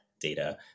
data